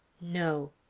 no